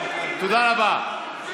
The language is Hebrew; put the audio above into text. תודה רבה.